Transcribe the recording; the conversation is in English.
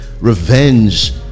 revenge